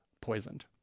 poisoned